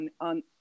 on